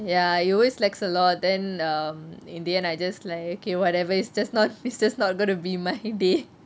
ya it always lags a lot then err in the end I just like okay whatever it's just not it's just not going to be my day